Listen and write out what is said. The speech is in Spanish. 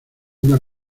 una